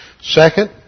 Second